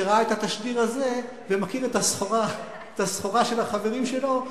שראה את התשדיר הזה ומכיר את הסחורה של החברים שלו,